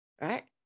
right